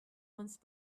once